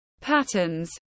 patterns